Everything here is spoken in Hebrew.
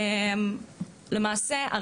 למעשה,